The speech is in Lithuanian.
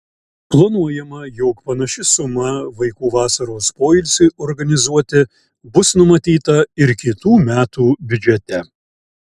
planuojama jog panaši suma vaikų vasaros poilsiui organizuoti bus numatyta ir kitų metų biudžete